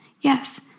Yes